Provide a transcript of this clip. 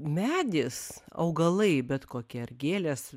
medis augalai bet kokie ar gėlės